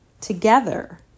together